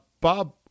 Bob